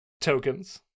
Tokens